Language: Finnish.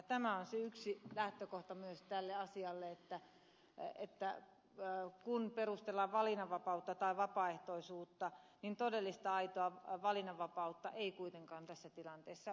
tämä on se yksi lähtökohta myös tälle asialle että kun perustellaan valinnanvapautta tai vapaaehtoisuutta niin todellista aitoa valinnanvapautta ei kuitenkaan tässä tilanteessa ole